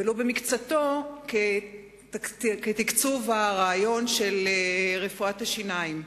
ולו במקצתו, לתקצוב רפואת השיניים.